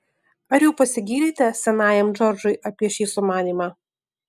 ar jau pasigyrėte senajam džordžui apie šį sumanymą